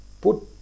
put